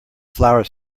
flower